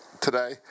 today